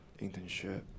internship